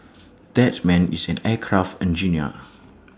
that man is an aircraft engineer